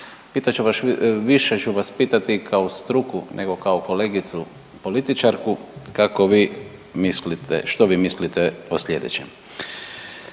više ću vas pitati kao struku nego kao kolegicu političarku kako vi mislite što